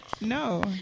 No